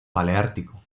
paleártico